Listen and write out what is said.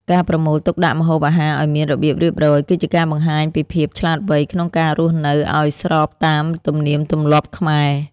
ការប្រមូលទុកដាក់ម្ហូបអាហារឱ្យមានរបៀបរៀបរយ គឺជាការបង្ហាញពីភាពឆ្លាតវៃក្នុងការរស់នៅឱ្យស្របតាមទំនៀមទម្លាប់ខ្មែរ។